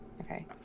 Okay